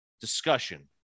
discussion